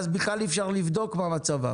ואז בכלל אי אפשר לבדוק מה מצבם.